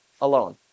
alone